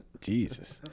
Jesus